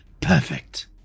perfect